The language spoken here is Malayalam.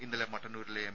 ഇന്നലെ മട്ടന്നൂരിലെ എം